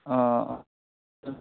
অঁ অঁ